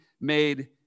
made